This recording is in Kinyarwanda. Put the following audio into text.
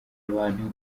abantu